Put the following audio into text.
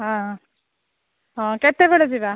ହଁ ହଁ କେତେବେଳେ ଯିବା